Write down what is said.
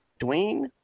Dwayne